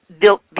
built